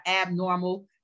abnormal